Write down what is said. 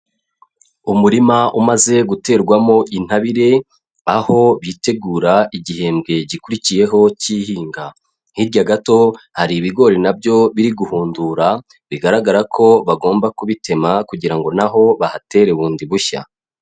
Umurima umaze guterwamo intabire, aho bitegura igihembwe gikurikiyeho cy'ihinga. Hirya gato hari ibigori na byo biri guhundurura, bigaragara ko bagomba kubitema, kugira ngo naho bahatere bundi bushya.